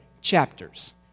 chapters